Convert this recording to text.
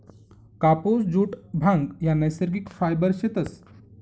कापुस, जुट, भांग ह्या नैसर्गिक फायबर शेतस